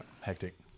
Hectic